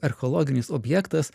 archeologinis objektas